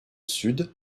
sud